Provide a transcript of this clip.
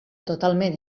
totalment